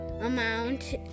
amount